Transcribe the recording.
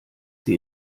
sie